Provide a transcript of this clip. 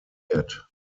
nominiert